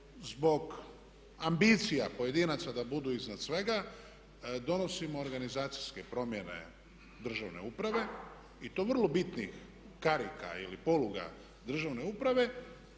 zbog ambicija pojedinaca da budu iznad svega donosimo organizacijske promjene državne uprave i to vrlo bitnih karika ili poluga državne uprave